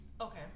Okay